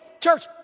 church